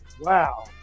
wow